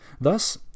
Thus